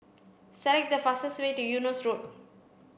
select the fastest way to Eunos Road